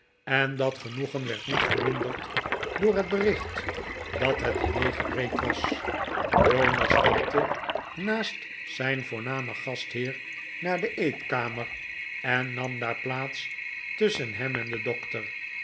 en dat genoegen wefd niet verminderd door het bericht dat het diner gereed was jonas stapte naast zijn voornamen gastheer naar de eetkamer en nam daar plaats tusschen hem en den dokter